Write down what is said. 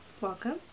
welcome